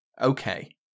Okay